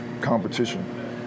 competition